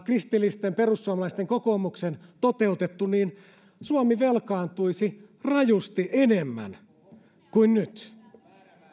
kristillisten perussuomalaisten kokoomuksen olisi toteutettu niin suomi velkaantuisi rajusti enemmän kuin nyt